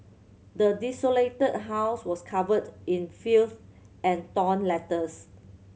the desolated house was covered in filth and torn letters